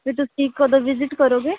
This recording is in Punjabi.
ਫਿਰ ਤੁਸੀਂ ਕਦੋਂ ਵਿਜਿਟ ਕਰੋਗੇ